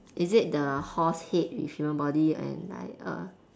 is it the horse head with human body and like a